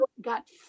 got